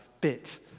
bit